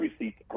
receipts